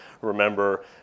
remember